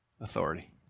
authority